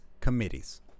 committees